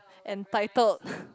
entitled